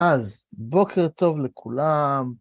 אז בוקר טוב לכולם.